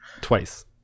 twice